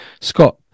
Scott